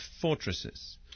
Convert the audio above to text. fortresses